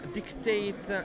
dictate